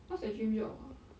what's your dream job ah